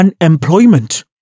unemployment